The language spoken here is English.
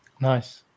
Nice